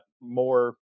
more